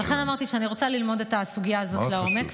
אז לכן אמרתי שאני רוצה ללמוד את הסוגיה הזאת לעומק.